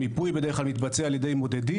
מיפוי בדרך מתבצע על ידי מודדים,